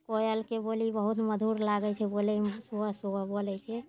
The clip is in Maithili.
कोयलके बोली बहुत मधुर लागै छै बोलैमे सुबह सुबह बोलै छै